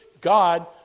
God